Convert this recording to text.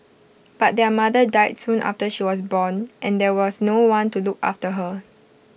but their mother died soon after she was born and there was no one to look after her